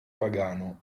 pagano